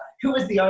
who was the ah